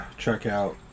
checkout